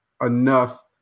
enough